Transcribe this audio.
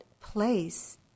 place